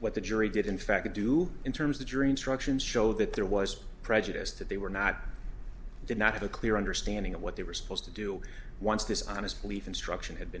what the jury did in fact to do in terms of jury instructions show that there was prejudice that they were not did not have a clear understanding of what they were supposed to do once this honest belief instruction had been